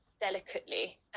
delicately